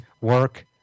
work